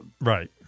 Right